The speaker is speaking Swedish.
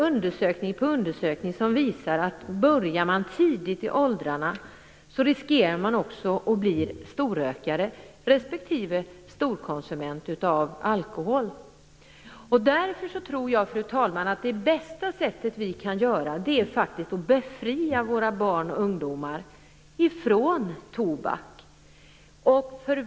Undersökning på undersökning visar att den som börjar röka eller dricka i tidig ålder också riskerar att bli storrökare respektive storkonsument av alkohol. Därför tror jag, fru talman, att det bästa vi kan göra är att befria våra barn och ungdomar från tobak.